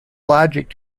logic